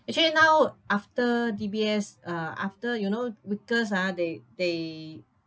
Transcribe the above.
actually now after D_B_S uh after you know Vickers ah they they